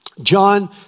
John